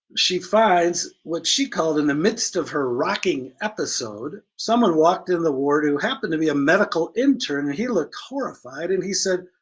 she finds, what she called in the midst of her rocking episode, someone walked in the ward who happened to be a medical intern and he looked horrified and he said,